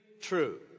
true